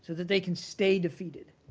that they can stay defeated,